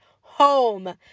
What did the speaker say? home